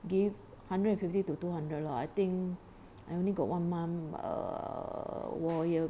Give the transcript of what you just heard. give hundred and fifty to two hundred lah I think I only got one mum err 我也